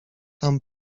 tam